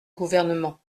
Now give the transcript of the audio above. gouvernement